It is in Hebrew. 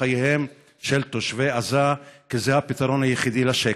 חייהם של תושבי עזה כי זה הפתרון היחיד לשקט.